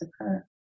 occur